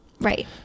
Right